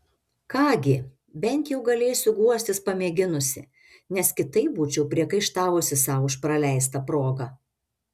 ką gi bent jau galėsiu guostis pamėginusi nes kitaip būčiau priekaištavusi sau už praleistą progą